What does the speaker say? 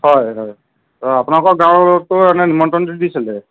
হয় হয় অঁ আপোনালোকৰ গাঁৱতো এনে নিমন্ত্ৰণটো দিছিলে